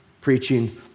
Preaching